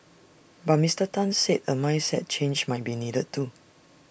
but Mister Tan said A mindset change might be needed too